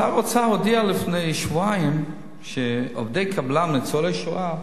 שר האוצר הודיע לפני שבועיים שעובדי קבלן ניצולי שואה